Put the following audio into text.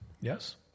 Yes